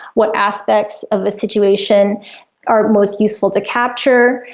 what aspects of the situation are most useful to capture,